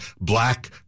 black